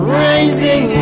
rising